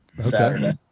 Saturday